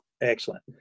Excellent